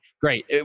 great